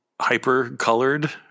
hyper-colored